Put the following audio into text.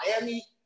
Miami